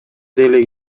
деле